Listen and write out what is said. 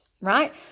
right